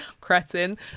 cretin